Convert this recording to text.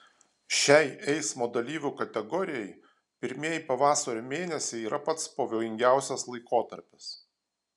šiai eismo dalyvių kategorijai pirmieji pavasario mėnesiai yra pats pavojingiausias laikotarpis